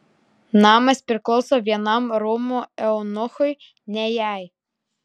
namas priklauso vienam rūmų eunuchui ne jai